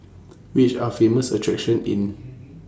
Which Are The Famous attractions in